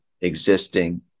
existing